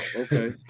okay